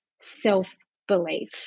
self-belief